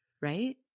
right